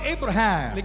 Abraham